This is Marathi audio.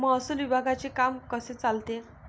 महसूल विभागाचे काम कसे चालते?